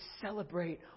celebrate